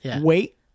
wait